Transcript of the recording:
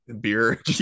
beer